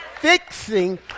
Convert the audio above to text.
Fixing